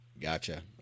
Gotcha